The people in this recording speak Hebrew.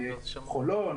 חולון.